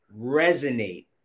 resonate